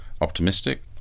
optimistic